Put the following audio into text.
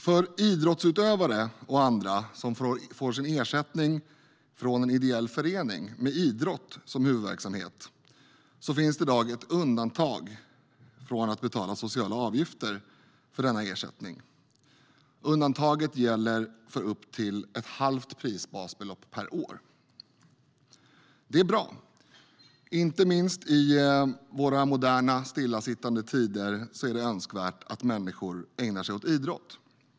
För idrottsutövare och andra som får ersättning från en ideell förening med idrott som huvudverksamhet finns det i dag ett undantag från att betala sociala avgifter för denna ersättning. Undantaget gäller för upp till ett halvt prisbasbelopp per år. Det är bra. Inte minst i våra moderna stillasittande tider är det önskvärt att människor ägnar sig åt idrott.